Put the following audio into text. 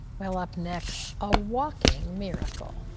well, up next, a walking miracle.